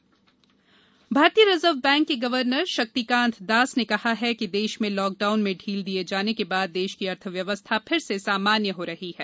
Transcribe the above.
RBI भारतीय reserve bank के governor Shaktikanta Das ने कहा है कि देश में लॉकडाउन में ढील दिए जाने के बाद देश की अर्थव्यवस्था फिर से सामान्य हो रही है